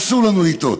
אסור לנו לטעות: